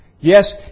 Yes